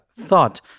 thought